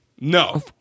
No